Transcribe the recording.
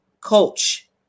coach